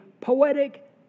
poetic